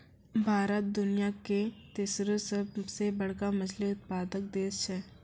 भारत दुनिया के तेसरो सभ से बड़का मछली उत्पादक देश छै